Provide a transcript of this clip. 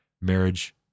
marriage